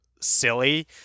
silly